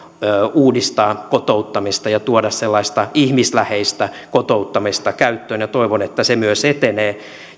uudistaa kotouttamista ja tuoda sellaista ihmisläheistä kotouttamista käyttöön ja toivon että se myös etenee